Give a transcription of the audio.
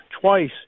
twice